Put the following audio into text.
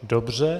Dobře.